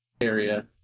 area